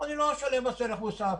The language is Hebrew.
אני לא אשלם מס ערך מוסף.